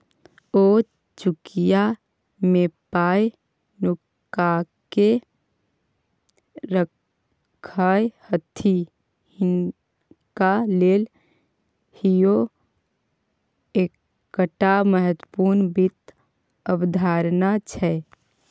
ओ चुकिया मे पाय नुकाकेँ राखय छथि हिनका लेल इहो एकटा महत्वपूर्ण वित्त अवधारणा छै